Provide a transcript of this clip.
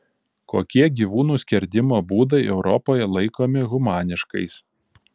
kokie gyvūnų skerdimo būdai europoje laikomi humaniškais